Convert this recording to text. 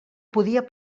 podia